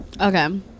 Okay